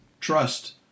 trust